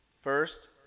First